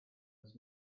was